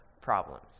problems